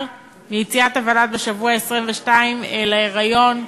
ביציאת הוולד בשבוע ה-22 של ההיריון,